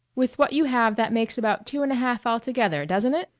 with what you have that makes about two and a half altogether, doesn't it?